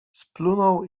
splunął